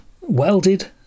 welded